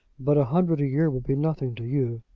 but a hundred a year will be nothing to you.